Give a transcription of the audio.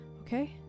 okay